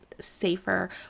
safer